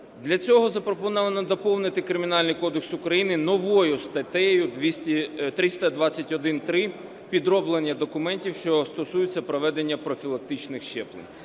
Для цього запропоновано доповнити Кримінальний кодекс України новою статтею 321.3 – підроблення документів, що стосуються проведення профілактичних щеплень,